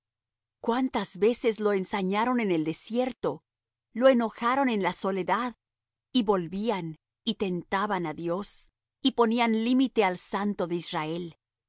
cuántas veces lo ensañaron en el desierto lo enojaron en la soledad y volvían y tentaban á dios y ponían límite al santo de israel